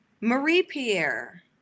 Marie-Pierre